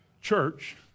church